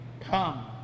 Come